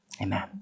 Amen